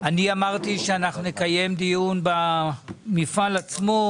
אמרתי שנקיים דיון במפעל עצמו,